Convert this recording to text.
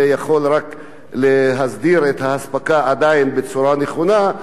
זה יכול רק להסדיר את האספקה בצורה נכונה,